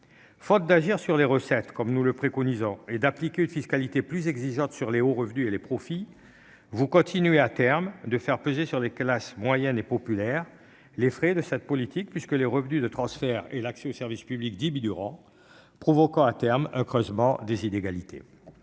Faute d'agir sur les recettes, comme nous le préconisons, et d'appliquer une fiscalité plus exigeante sur les hauts revenus et les profits, vous continuerez à faire peser sur les classes moyennes et populaires les frais de cette politique, puisque les revenus de transfert et l'accès aux services publics diminueront, ce qui provoquera, à terme, un creusement des inégalités.